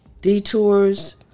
detours